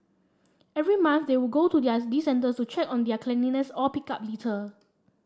every month they would go to these centres to check on their cleanliness or pick up litter